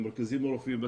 למרכזים הרפואיים,